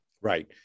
Right